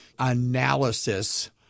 analysis